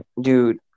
Dude